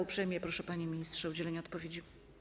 Uprzejmie proszę, panie ministrze, o udzielenie odpowiedzi.